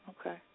Okay